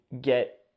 get